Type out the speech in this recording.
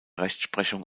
rechtsprechung